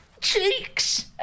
cheeks